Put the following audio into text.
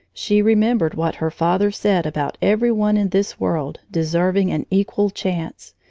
she remembered what her father said about every one in this world deserving an equal chance,